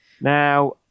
Now